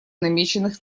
намеченных